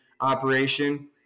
operation